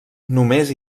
només